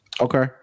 okay